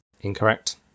Incorrect